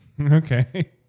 Okay